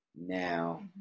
now